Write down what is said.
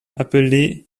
appelé